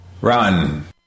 Run